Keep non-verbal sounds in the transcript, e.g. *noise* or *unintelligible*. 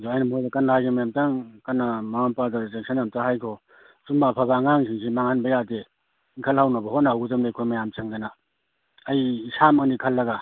ꯑꯗꯣ ꯑꯩꯅ ꯃꯣꯏꯗ ꯀꯟꯅ ꯍꯥꯏꯁꯦ *unintelligible* ꯀꯟꯅ ꯃꯃꯥ ꯃꯄꯥꯗꯨ ꯆꯦꯛꯁꯤꯟꯅ ꯑꯝꯇ ꯍꯥꯏꯒꯣ ꯁꯨꯝꯕ ꯑꯐꯕ ꯑꯉꯥꯡꯁꯤꯡꯁꯤ ꯃꯥꯡꯍꯟꯕ ꯌꯥꯗꯦ ꯏꯟꯈꯠꯍꯧꯅꯕ ꯍꯣꯠꯅꯍꯧꯒꯗꯝꯅꯤ ꯑꯩꯈꯣꯏ ꯃꯌꯥꯝ ꯆꯪꯗꯅ ꯑꯩ ꯏꯁꯥꯃꯛꯅꯤ ꯈꯜꯂꯒ